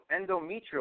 endometrial